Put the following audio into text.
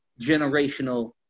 generational